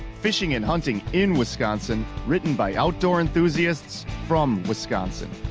fishing and hunting in wisconsin, written by outdoor enthusiasts from wisconsin.